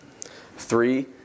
Three